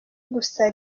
gusa